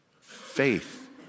Faith